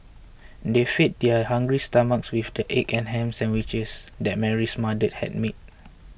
they fed their hungry stomachs with the egg and ham sandwiches that Mary's mother had made